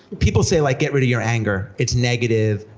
people say like get rid of your anger, it's negative,